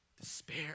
despair